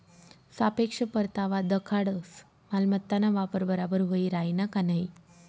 सापेक्ष परतावा दखाडस मालमत्ताना वापर बराबर व्हयी राहिना का नयी